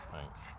thanks